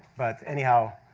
but, anyhow